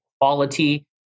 quality